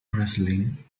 wrestling